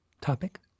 topic